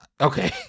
okay